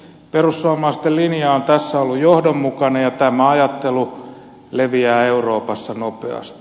perussuomalaisten linja on tässä ollut johdonmukainen ja tämä ajattelu leviää euroopassa nopeasti